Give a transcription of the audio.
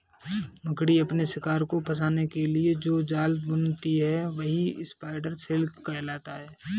मकड़ी अपने शिकार को फंसाने के लिए जो जाल बुनती है वही स्पाइडर सिल्क कहलाता है